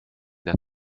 der